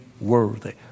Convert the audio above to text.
worthy